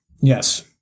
Yes